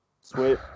Sweet